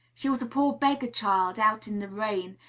she was a poor beggar child, out in the rain,